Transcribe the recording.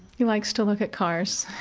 he likes to look at cars.